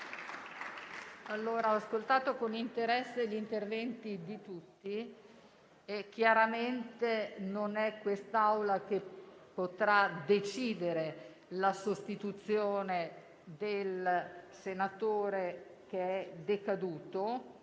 Colleghi, ho ascoltato con interesse gli interventi di tutti. Chiaramente non è quest'Assemblea a poter decidere la sostituzione del senatore Cario, che è decaduto.